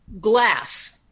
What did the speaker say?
glass